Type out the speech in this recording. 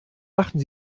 machten